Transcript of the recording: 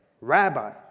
Rabbi